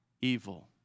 evil